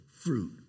fruit